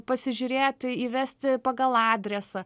pasižiūrėti įvesti pagal adresą